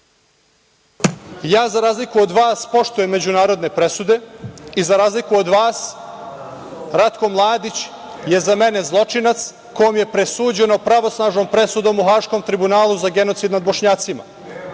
Za razliku od vas, ja poštujem međunarodne presude i za razliku od vas, Ratko Mladić je za mene zločinac kojem je presuđeno pravosnažnom presudom u Haškom tribunalu za genocid nad Bošnjacima.(Aleksandar